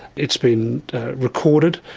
it's been recorded.